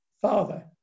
Father